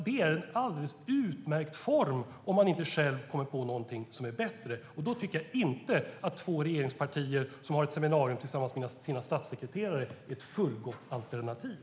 Det är en alldeles utmärkt form om man inte själv kommer på någonting som är bättre. Då tycker jag inte att två regeringspartier som har ett seminarium tillsammans med sina statssekreterare är ett fullgott alternativ.